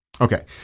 Okay